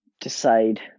decide